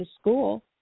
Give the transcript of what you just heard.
school